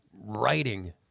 writing